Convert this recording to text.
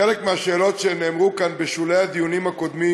חלק מהשאלות שנאמרו כאן בשולי הדיונים הקודמים